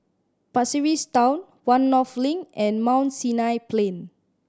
Pasir Ris Town One North Link and Mount Sinai Plain